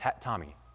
Tommy